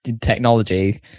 technology